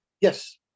yes